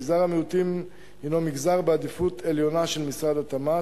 מגזר המיעוטים הינו מגזר בעדיפות עליונה של משרד התמ"ת.